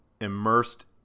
immersed